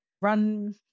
run